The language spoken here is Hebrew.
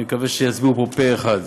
אני מקווה שיצביעו פה אחד.